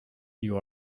you